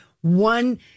one